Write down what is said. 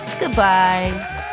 goodbye